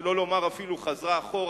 שלא לומר אפילו חזרה אחורה,